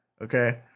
okay